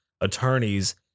attorneys